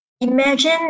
imagine